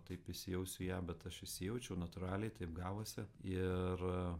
taip įsijausiu į ją bet aš įsijaučiau natūraliai taip gavosi ir